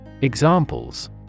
Examples